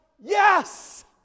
Yes